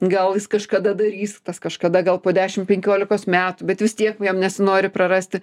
gal jis kažkada darys tas kažkada gal po dešim penkiolikos metų bet vis tiek jam nesinori prarasti